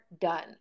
done